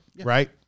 Right